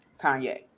Kanye